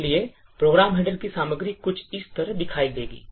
इसलिए program header की सामग्री कुछ इस तरह दिखाई देगी